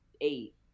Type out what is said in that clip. eight